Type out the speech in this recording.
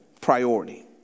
priority